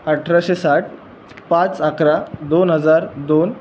अठराशे साठ पाच अकरा दोन हजार दोन